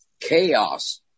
chaos